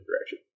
direction